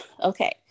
Okay